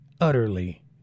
utterly